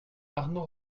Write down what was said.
arnaud